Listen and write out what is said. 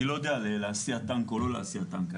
אני לא יודע להסיע טנק או לא להסיע טנק.